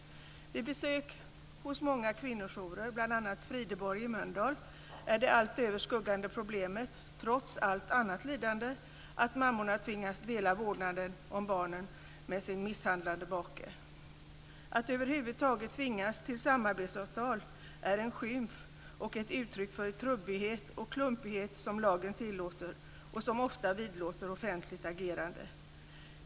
Vid besök hos många kvinnojourer, bl.a. Frideborg i Mölndal, är det allt överskuggande problemet, trots allt annat lidande, att mammorna tvingas dela vårdnaden om barnen med sin misshandlande make. Att över huvud taget tvingas till samarbetssamtal är en skymf och ett uttryck för den trubbighet och klumpighet som lagen tillåter och som ofta vidlåder offentligt agerande.